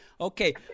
Okay